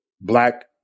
black